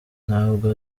ntabwo